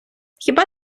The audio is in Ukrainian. хіба